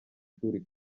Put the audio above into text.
ishuri